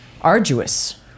arduous